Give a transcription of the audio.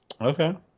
Okay